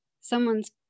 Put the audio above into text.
someone's